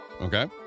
Okay